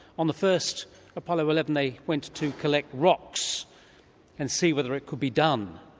on the first apollo eleven they went to collect rocks and see whether it could be done.